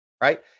right